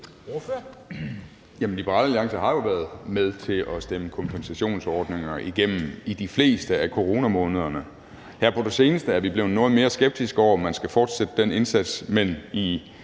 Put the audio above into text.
Liberal Alliance har jo været med til at stemme kompensationsordninger igennem i de fleste af coronamånederne. Her på det seneste er vi blevet noget mere skeptiske, i forhold til om man skal fortsætte den indsats, men i